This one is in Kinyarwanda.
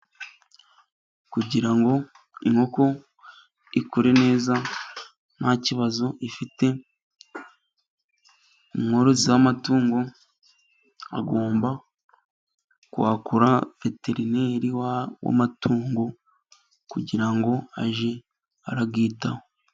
Kugira ngo inkoko ikure neza nta kibazo ifite, umworozi w'amatungo agomba kwakura veterineri w'amatungo kugira ngo ajye arayitaho.